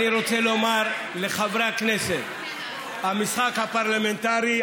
אני רוצה לומר לחברי הכנסת: המשחק הפרלמנטרי,